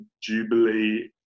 Jubilee